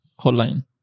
hotline